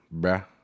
bruh